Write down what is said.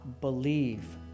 believe